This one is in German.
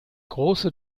große